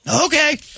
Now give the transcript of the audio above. Okay